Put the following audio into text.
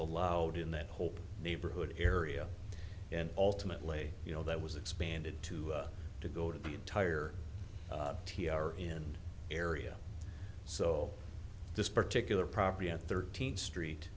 allowed in that whole neighborhood area and ultimately you know that was expanded to to go to the entire t r and area so this particular property at thirteenth street